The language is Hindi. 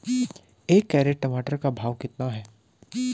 एक कैरेट टमाटर का भाव कितना है?